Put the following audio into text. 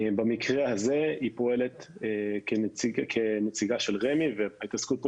במקרה הזה היא פועלת כנציגה של רמ"י וההתעסקות פה